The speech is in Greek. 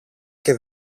και